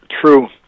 true